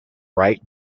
write